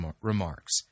remarks